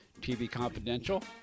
tvconfidential